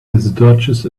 dodges